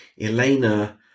Elena